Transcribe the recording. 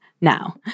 now